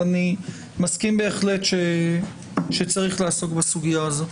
אבל אני מסכים בהחלט שצריך לעסוק בסוגיה הזאת.